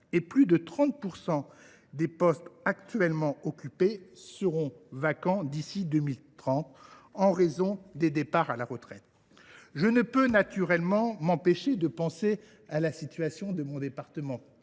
et plus de 30 % des postes actuellement occupés seront vacants d’ici à 2030 en raison des départs à la retraite. Je ne puis naturellement m’empêcher de penser à la situation de mon département,